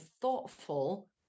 thoughtful